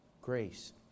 grace